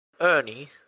Ernie